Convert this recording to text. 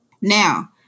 Now